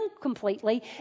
completely